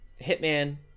hitman